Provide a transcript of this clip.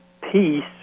peace